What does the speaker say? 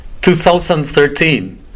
2013